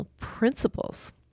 principles